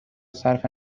صرف